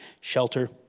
shelter